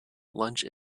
lunch